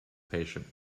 patient